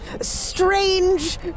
strange